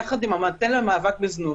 יחד עם המטה למאבק בזנות,